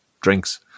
drinks